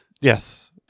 Yes